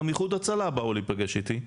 גם איחוד הצלה באו להיפגש איתי,